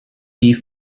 die